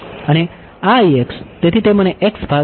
તેથી તે મને x ભાગ આપશે